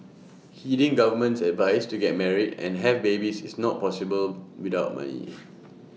heeding government's advice to get married and have babies is not possible without money